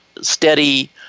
steady